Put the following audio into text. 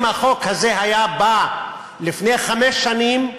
אם החוק הזה היה בא לפני חמש שנים,